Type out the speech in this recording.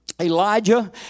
Elijah